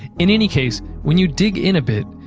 in any case, when you dig in a bit,